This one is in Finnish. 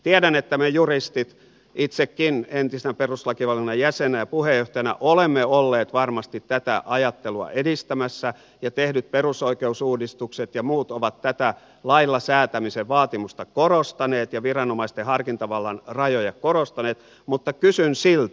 tiedän että me juristit itsekin entinen perustuslakivaliokunnan jäsen ja puheenjohtaja olemme olleet varmasti tätä ajattelua edistämässä ja tehdyt perusoikeusuudistukset ja muut ovat tätä lailla säätämisen vaatimusta korostaneet ja viranomaisten harkintavallan rajoja korostaneet mutta kysyn silti